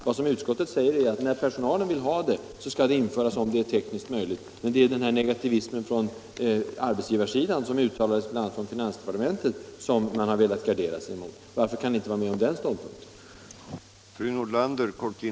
Vad utskottet säger är att när personalen vill ha sådan arbetstid, skall den införas om det är tekniskt möjligt. Men det är den av bl.a. finansdepartementet redovisade negativismen på arbetsgivarhåll som man har velat gardera sig mot. Varför kan ni inte ansluta er till utskottsmajoriteten på den punkten?